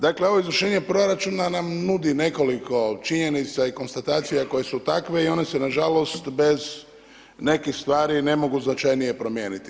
Dakle, ovo izvršenje proračuna nam nudi nekoliko činjenica i konstatacije koje su takve i one se nažalost bez nekih stvari ne mogu značajnije promijeniti.